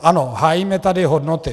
Ano, hájíme tady hodnoty.